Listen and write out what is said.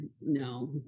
No